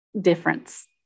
difference